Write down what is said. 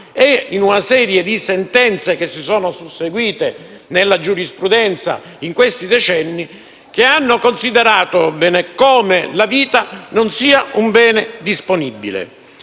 e in una serie di sentenze che si sono susseguite nella giurisprudenza in questi decenni, che hanno considerato come la vita non sia un bene disponibile.